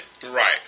Right